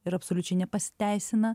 ir absoliučiai nepasiteisina